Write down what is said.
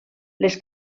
les